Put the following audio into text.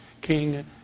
King